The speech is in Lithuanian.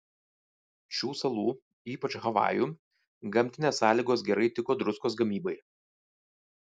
šių salų ypač havajų gamtinės sąlygos gerai tiko druskos gamybai